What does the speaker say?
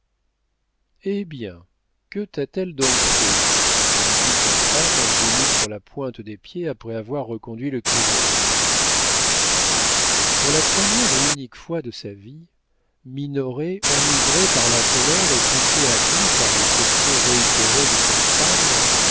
eh bien que t'a-t-elle donc fait lui dit sa femme venue sur la pointe des pieds après avoir reconduit le curé pour la première et unique fois de sa vie minoret enivré par la colère et poussé à bout par les questions réitérées de sa femme